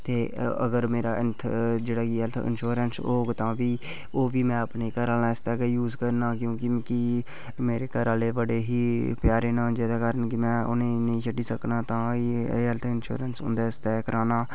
ते जेह्ड़ा कि मेरा हैल्थ इंश्योरेंस होग तां बी ओह् में अपने घरैआह्लें आस्तै गै यूज़ करना तां कि मेरे घरैआह्ले बड़े गै प्यारे न जेह्दे कारण में उ'नेंगी निं छड्डी सकदा तां कि एह् हैल्थ इंश्योरेंस उं'दे आस्तै गै कराना